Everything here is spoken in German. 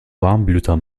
warmblüter